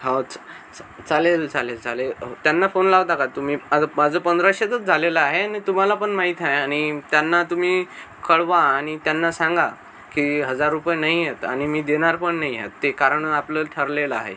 हाव च् च् चालेल चालेल चालेल हो त्यांना फोन लावता का तुम्ही आज माझं पंधराशेचंच झालेलं आहे आणि तुम्हाला पण माहीत आहे आणि त्यांना तुम्ही कळवा आणि त्यांना सांगा की हजार रुपये नाही आहेत आणि मी देणार पण नाही आहे ते कारण आपलं ठरलेलं आहे